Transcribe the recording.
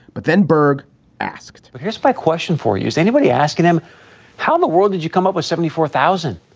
but then berg asked but here's my question for you. is anybody asking them how the world did you come up with seventy four thousand?